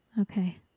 Okay